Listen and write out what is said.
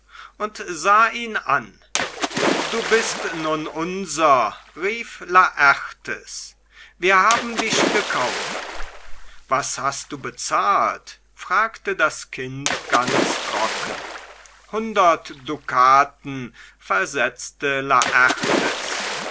und sah ihn an du bist nun unser rief laertes wir haben dich gekauft was hast du bezahlt fragte das kind ganz trocken hundert dukaten versetzte laertes